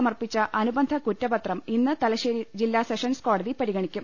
സമർപ്പിച്ച അനുബന്ധ കുറ്റപത്രം ഇന്ന് തലശ്ശേരി ജില്ലാ സെഷൻസ് കോടതി പരിഗണിക്കും